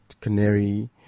Canary